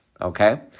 okay